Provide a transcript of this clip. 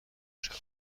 شود